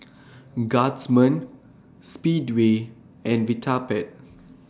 Guardsman Speedway and Vitapet